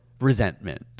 resentment